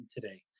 today